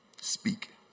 Speak